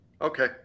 Okay